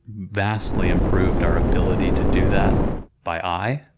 vastly improved our ability to do that by eye.